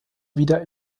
wieder